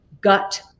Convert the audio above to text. gut